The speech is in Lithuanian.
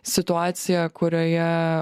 situacija kurioje